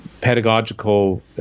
pedagogical